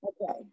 okay